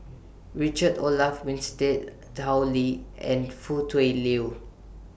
Richard Olaf Winstedt Tao Li and Foo Tui Liew